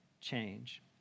change